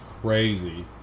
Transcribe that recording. crazy